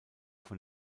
von